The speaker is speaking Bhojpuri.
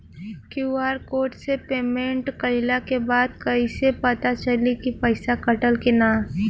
क्यू.आर कोड से पेमेंट कईला के बाद कईसे पता चली की पैसा कटल की ना?